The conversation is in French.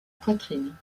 poitrine